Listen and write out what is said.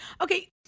okay